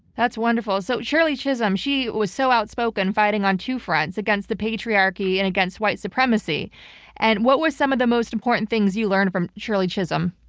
that's wonderful. so shirley chisholm, she was so outspoken, fighting on two friends against the patriarchy and against white supremacy and what were some of the most important things you learned from shirley chisholm?